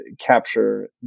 capture